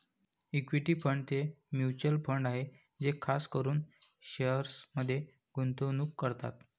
equity fund ते mutual fund आहे जे खास करून शेअर्समध्ये गुंतवणूक करतात